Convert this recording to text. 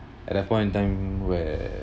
at that point of time where